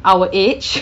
our age